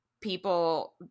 people